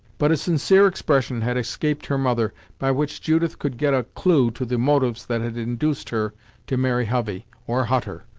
but a sincere expression had escaped her mother, by which judith could get a clue to the motives that had induced her to marry hovey, or hutter,